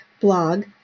blog